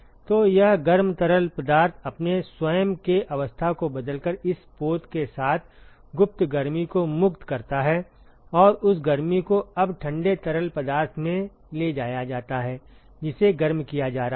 तो यह गर्म तरल पदार्थ अपने स्वयं के अवस्था को बदलकर इस पोत के साथ गुप्त गर्मी को मुक्त करता है और उस गर्मी को अब ठंडे तरल पदार्थ में ले जाया जाता है जिसे गर्म किया जा रहा है